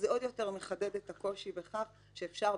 זה עוד יותר מחדד את הקושי בכך שאפשר,